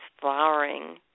flowering